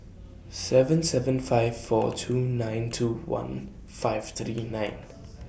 seven seven five four two nine two one five three nine